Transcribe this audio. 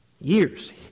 Years